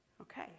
Okay